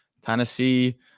Tennessee